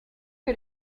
que